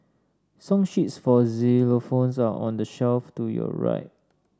song sheets for xylophones are on the shelf to your right